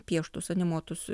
pieštus animuotus